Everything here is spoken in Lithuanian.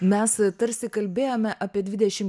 mes tarsi kalbėjome apie dvidešim